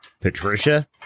Patricia